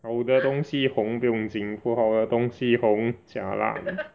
好的东西红不用紧不好的东西红 jialat